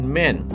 men